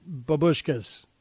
babushkas